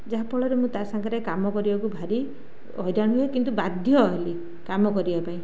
ଯାହାଫଳରେ ମୁଁ ତା ସାଙ୍ଗରେ କାମ କରିବାକୁ ଭାରି ହଇରାଣ ହୁଏ କିନ୍ତୁ ବାଧ୍ୟ ହେଲି କାମ କରିବା ପାଇଁ